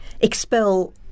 expel